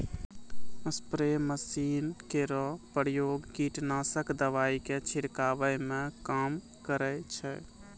spray machine केरो प्रयोग कीटनाशक दवाई क छिड़कावै म काम करै छै